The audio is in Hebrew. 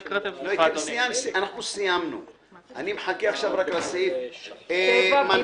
אני מחכה עכשיו רק לסעיף --- 7(ג) ו-(ד).